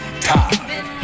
time